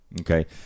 Okay